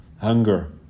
hunger